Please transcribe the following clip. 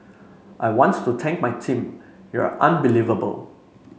I wants to take my team you're unbelievable